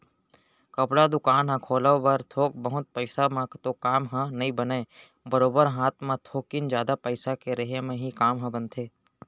कपड़ा दुकान ह खोलब बर थोक बहुत पइसा म तो काम ह नइ बनय बरोबर हात म थोकिन जादा पइसा के रेहे म ही काम ह बनथे